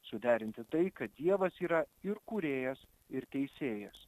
suderinti tai kad dievas yra ir kūrėjas ir teisėjas